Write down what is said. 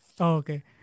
Okay